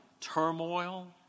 turmoil